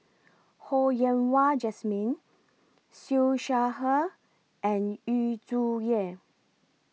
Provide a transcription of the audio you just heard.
Ho Yen Wah Jesmine Siew Shaw Her and Yu Zhuye